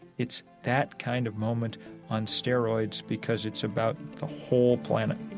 it's that kind of moment on steroids because it's about the whole planet